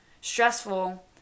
stressful